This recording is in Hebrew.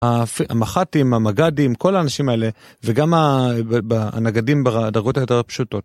המח"טים, המג"דים, כל האנשים האלה, וגם הנגדים בדרגות היותר פשוטות.